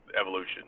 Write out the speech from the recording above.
Evolution